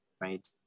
right